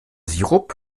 sirup